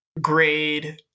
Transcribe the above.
grade